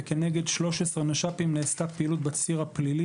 ונגד 13 נש"פים נעשתה פעילות בציר הפלילי,